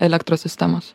elektros sistemos